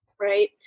right